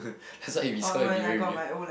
that's why if is her it will be very weird